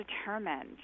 determined